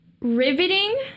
riveting